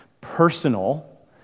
personal